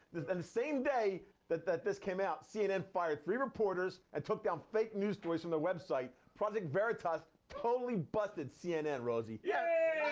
and the same day that that this came out, cnn fired three reporters and took down fake news stories from their website. project veritas totally busted cnn, rosie. yeah